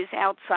outside